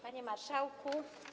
Panie Marszałku!